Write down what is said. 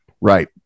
Right